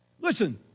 Listen